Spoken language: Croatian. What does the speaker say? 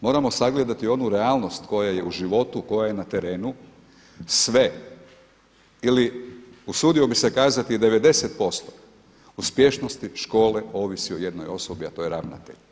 Moramo sagledati onu realnost koja je u životu, koja je na terenu, sve ili usudio bih se kazati 90% uspješnosti škole ovisi o jednoj osobi a to je ravnatelj.